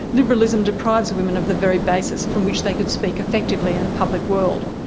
liberalism deprives women of the very basis from which they could speak effectively in a public world.